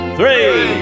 three